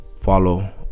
Follow